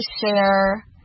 share